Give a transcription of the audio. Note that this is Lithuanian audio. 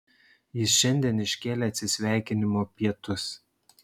jis šiandien iškėlė atsisveikinimo pietus